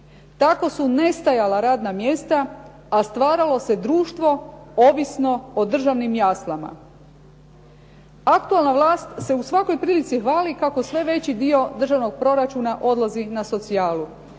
Tako su nestajala radna mjesta a stvaralo se društvo ovisno o državnim jaslama. Aktualna vlast se u svakoj prilici hvali kako sve veći dio državnog proračuna odlazi na socijalu.